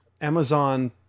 Amazon